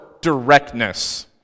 directness